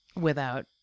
without-